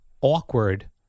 awkward